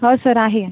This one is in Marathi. हो सर आहे